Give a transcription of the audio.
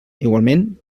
igualment